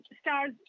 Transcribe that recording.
Stars